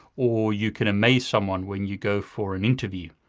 or you can amaze someone when you go for an interview.